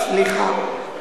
סליחה.